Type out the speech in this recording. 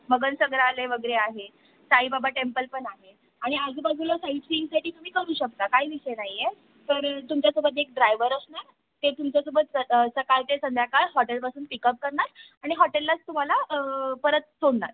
मगन संग्रहालय वगैरे आहे साईबाबा टेम्पल पण आहे आणि आजूबाजूला साईड सीइंगसाटी तुम्ही करू शकता काही विषय नाही आहे तर तुमच्यासोबत एक ड्रायव्हर असणार ते तुमच्यासोबत स सकाळ ते संध्याकाळ हॉटेलपासून पिकअप करणार आणि हॉटेललाच तुम्हाला परत सोडणार